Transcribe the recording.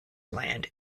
land